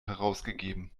herausgegeben